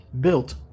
built